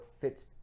fits